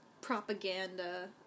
propaganda